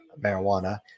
marijuana